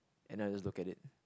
and then I'll just look at it